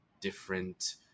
different